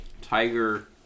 tiger